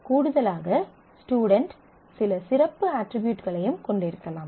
கூடுதலாக ஸ்டுடென்ட் சில சிறப்பு அட்ரிபியூட்களையும் கொண்டிருக்கலாம்